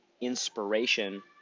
inspiration